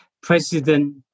President